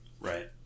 right